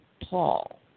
Paul